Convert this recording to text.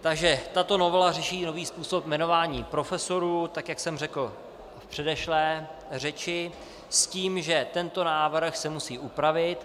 Takže tato novela řeší nový způsob jmenování profesorů, tak jak jsem řekl v předešlé řeči, s tím, že tento návrh se musí upravit.